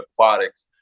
Aquatics